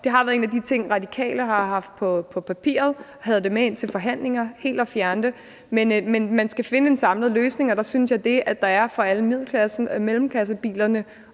Det har været en af de ting, Radikale har haft på papiret, og vi havde det med ind til forhandlingerne – altså helt at fjerne den afgift. Men man skal finde en samlet løsning, og der syntes jeg, at det, at der er en løsning for alle mellemklassebilerne,